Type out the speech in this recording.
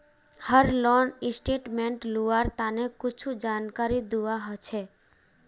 हर loan statement लुआर तने कुछु जानकारी दुआ होछे